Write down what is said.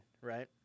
right